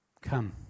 Come